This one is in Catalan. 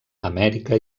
amèrica